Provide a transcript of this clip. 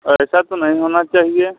ऐसा तो नहीं होना चाहि